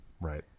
right